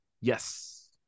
yes